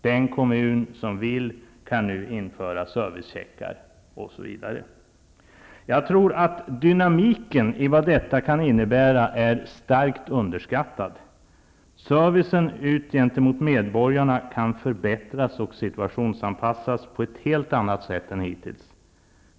Den kommun som vill kan nu införa servicecheckar, osv. Jag tror att dynamiken i vad detta kan innebära är starkt underskattad. Servicen gentemot medborgarna kan förbättras och situationsanpassas på ett helt annat sätt än hittills.